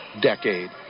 decade